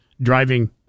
driving